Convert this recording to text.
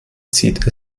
zieht